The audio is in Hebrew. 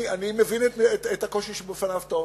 אני מבין את הקושי שבפניו אתה עומד,